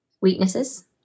weaknesses